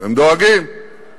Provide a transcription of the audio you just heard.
זה לא מקנה לך